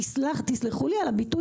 תסלחו לי על הביטוי,